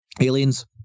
Aliens